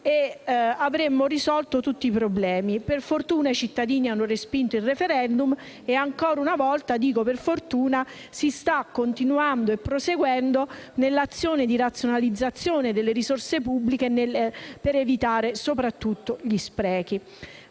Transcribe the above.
ed avremmo risolto tutti i problemi. Per fortuna, i cittadini hanno respinto il *referendum* e ancora una volta - dico per fortuna - si sta proseguendo nell'azione di razionalizzazione delle risorse pubbliche per evitare soprattutto gli sprechi.